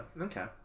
Okay